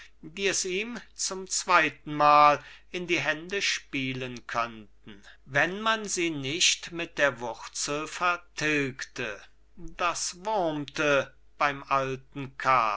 die es ihm zum zweitenmal in die hände spielen könnten wenn man sie nicht mit der wurzel vertilgte das wurmte beim alten